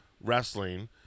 wrestling